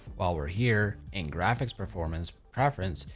while we're here in graphics performance preference,